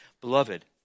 Beloved